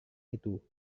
itu